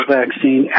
vaccine